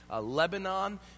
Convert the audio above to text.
Lebanon